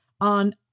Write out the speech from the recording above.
on